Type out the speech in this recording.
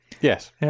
Yes